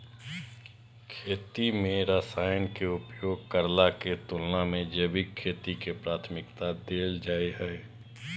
खेती में रसायन के उपयोग करला के तुलना में जैविक खेती के प्राथमिकता दैल जाय हय